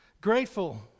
Grateful